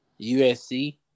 USC